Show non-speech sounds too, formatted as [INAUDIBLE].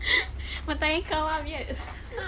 what ah come out weird [LAUGHS]